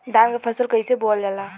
धान क फसल कईसे बोवल जाला?